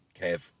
Kev